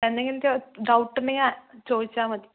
എന്തെങ്കിലും ഡൗട്ടുണ്ടെങ്കിൽ ചോദിച്ചാൽ മതി